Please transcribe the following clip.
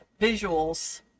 visuals